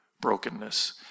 brokenness